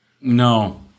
No